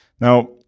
Now